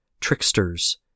tricksters